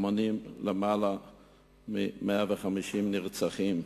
יותר מ-150 נרצחים.